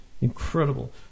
Incredible